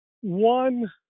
one